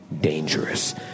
dangerous